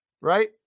right